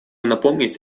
напомнить